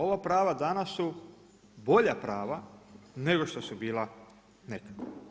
Ova prava danas su bolja prava nego što su bila nekada.